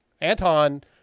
Anton